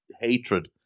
hatred